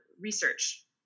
research